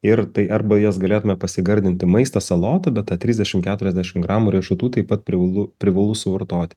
ir tai arba jas galėtume pasigardinti maistą salotų bet tą trisdešimt keturiasdešim gramų riešutų taip pat privalu privalu suvartoti